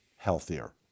healthier